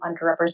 underrepresented